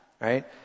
Right